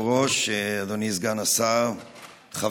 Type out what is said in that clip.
סגן השר.